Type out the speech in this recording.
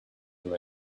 drew